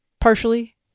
Partially